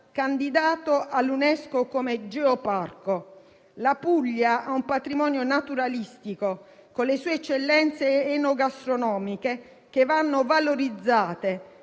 candidata all'UNESCO come Geoparco. La Puglia ha un patrimonio naturalistico, con le sue eccellenze enogastronomiche, che deve essere valorizzato.